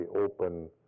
open